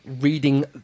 reading